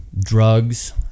drugs